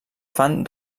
fan